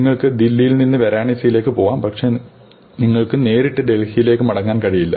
നിങ്ങൾക്ക് ദില്ലിയിൽ നിന്ന് വാരണാസിയിലേക്ക് പോകാം പക്ഷേ നിങ്ങൾക്ക് നേരിട്ട് ഡൽഹിയിലേക്ക് മടങ്ങാൻ കഴിയില്ല